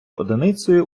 одиницею